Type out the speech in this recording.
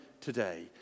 today